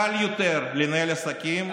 קל יותר לנהל עסקים,